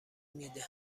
میده